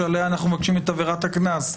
שעליה אנחנו מבקשים את ברירת הקנס.